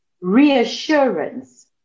reassurance